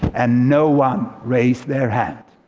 and no one raised their hand.